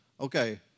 okay